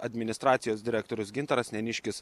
administracijos direktorius gintaras neniškis